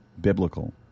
biblical